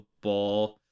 ball